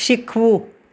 શીખવું